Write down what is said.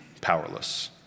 powerless